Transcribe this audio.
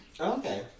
Okay